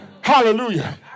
Hallelujah